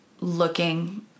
looking